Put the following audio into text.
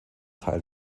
teil